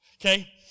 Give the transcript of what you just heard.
Okay